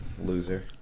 loser